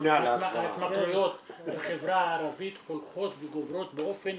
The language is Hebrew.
ההתמכרויות בחברה הערבית הולכות וגוברות באופן